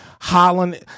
Holland